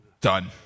Done